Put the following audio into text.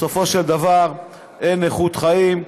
בסופו של דבר אין איכות חיים.